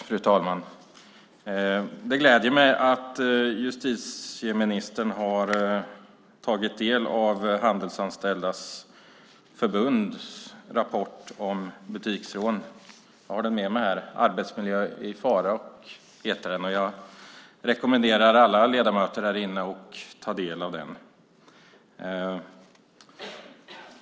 Fru talman! Det gläder mig att justitieministern har tagit del av Handelsanställdas förbunds rapport om butiksrån. Jag har den med mig här. Arbetsmiljö i fara heter den. Jag rekommenderar alla ledamöter här att ta del av den.